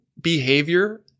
behavior